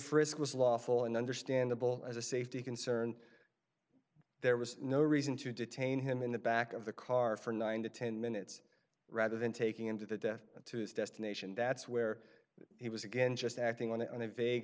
frisk was lawful and understandable as a safety concern there was no reason to detain him in the back of the car for nine to ten minutes rather than taking him to the death to his destination that's where he was again just acting on it on a vague